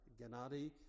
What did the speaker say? Gennady